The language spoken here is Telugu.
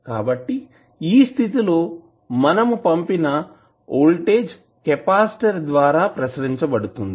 కాబట్టి ఈ స్థితి లో మనము పంపించిన వోల్టేజ్ కెపాసిటర్ ద్వారా ప్రసరించబడుతుంది